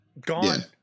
gone